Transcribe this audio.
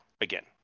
again